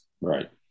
Right